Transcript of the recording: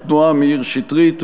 התנועה: מאיר שטרית.